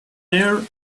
ear